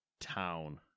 town